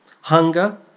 hunger